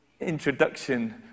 introduction